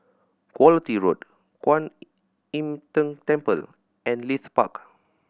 Quality Road Kwan Im Tng Temple and Leith Park